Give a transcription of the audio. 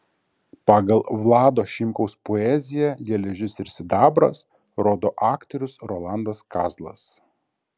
pagal vlado šimkaus poeziją geležis ir sidabras rodo aktorius rolandas kazlas